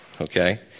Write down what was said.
okay